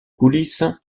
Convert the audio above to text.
coulisses